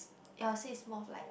your sis more of like